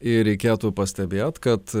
ir reikėtų pastebėt kad